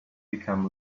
become